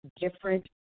different